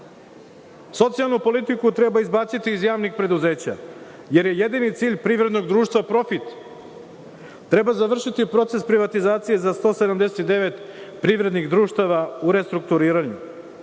svom. Socijalnu politiku treba izbaciti iz javnih preduzeća, jer je jedini cilj privrednog društva profit. Treba završiti proces privatizacije za 179 privrednih društava u restrukturiranju. Treba